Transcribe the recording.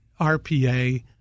rpa